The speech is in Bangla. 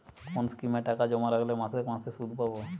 কোন স্কিমে টাকা জমা রাখলে মাসে মাসে সুদ পাব?